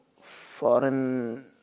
foreign